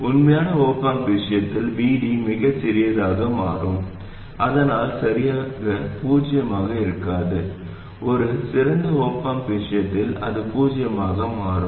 உண்மையான op amp விஷயத்தில் Vd மிகச் சிறியதாக மாறும் ஆனால் சரியாக பூஜ்ஜியமாக இருக்காது ஒரு சிறந்த op amp விஷயத்தில் அது பூஜ்ஜியமாக மாறும்